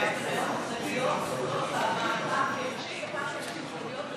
החרדיות סובלות פעמים: פעם כנשים ופעם כנשים חרדיות,